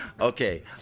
Okay